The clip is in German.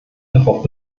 darauf